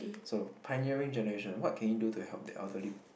so pioneering generation what can you do to help the elderly